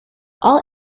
all